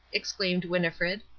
exclaimed winnifred.